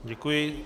Děkuji.